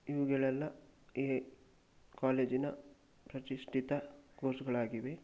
ಇವುಗಳೆಲ್ಲ ಈ ಕಾಲೇಜಿನ ಪ್ರತಿಷ್ಠಿತ ಕೋರ್ಸ್ಗಳಾಗಿವೆ